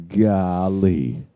Golly